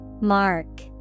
Mark